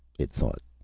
it thought.